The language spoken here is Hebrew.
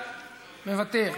מוותר,